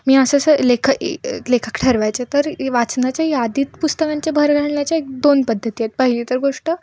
मी असं असं लेख लेखक ठरवायचे तर वाचनाच्या यादीत पुस्तकांच्या भर घालण्याच्या एक दोन पद्धती आहेत पहिली तर गोष्ट